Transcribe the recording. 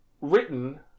written